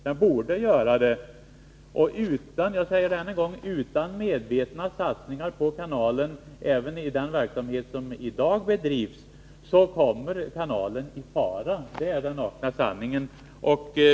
Den borde göra det. Utan medvetna satsningar på kanalen — jag säger det än en gång — även när det gäller den verksamhet som i dag bedrivs kommer kanalen i fara; det är den nakna sanningen.